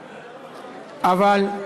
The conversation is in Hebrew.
אבל,